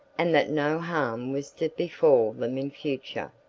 and that no harm was to befall them in future.